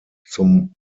zum